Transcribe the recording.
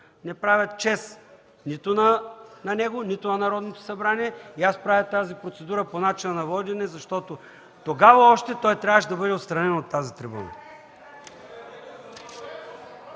не правят чест нито на него, нито на Народното събрание. Правя тази процедура по начина на водене, защото тогава още той трябваше да бъде отстранен от тази трибуна.